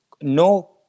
no